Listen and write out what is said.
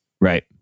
Right